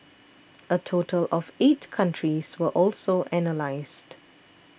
a total of eight countries were also analysed